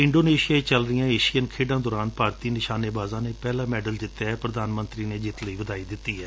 Indonesia ਵਿਚ ਚਲ ਰਹੀਆ ਏਸ਼ੀਅਨ ਖੇਡਾਂ ਦੌਰਾਨ ਭਾਰਤੀ ਨਿਸ਼ਾਨੇਬਾਜ਼ਾਂ ਨੇ ਪਹਿਲਾ ਮੈਡਲ ਜਿੱਤਿਐ ਪ੍ਰਧਾਨ ਮੰਤਰੀ ਨੇ ਜਿੱਤ ਤੇ ਵਧਾਈ ਦਿੱਤੀ ਏ